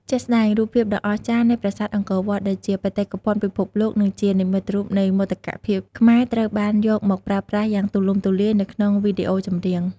ជាក់ស្តែង រូបភាពដ៏អស្ចារ្យនៃប្រាសាទអង្គរវត្ត ដែលជាបេតិកភណ្ឌពិភពលោក និងជានិមិត្តរូបនៃមោទកភាពខ្មែរ ត្រូវបានយកមកប្រើប្រាស់យ៉ាងទូលំទូលាយនៅក្នុងវីដេអូចម្រៀង។